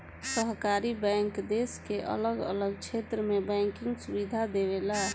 सहकारी बैंक देश के अलग अलग क्षेत्र में बैंकिंग सुविधा देवेला